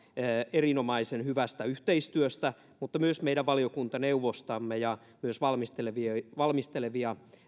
erinomaisen hyvästä yhteistyöstä myös meidän valiokuntaneuvostamme ja myös valmistelevia valmistelevia